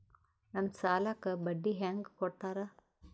ನಮ್ ಸಾಲಕ್ ಬಡ್ಡಿ ಹ್ಯಾಂಗ ಕೊಡ್ತಾರ?